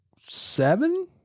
seven